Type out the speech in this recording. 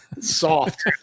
Soft